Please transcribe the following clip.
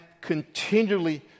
continually